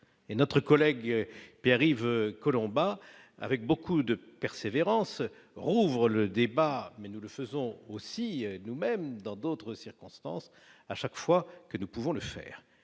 et notre collègue Pierre-Yves Collombat avec beaucoup de persévérance, le débat mais nous le faisons aussi nous-mêmes dans d'autres circonstances, à chaque fois que nous pouvons le faire,